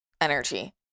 energy